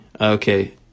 Okay